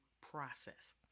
process